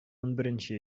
унберенче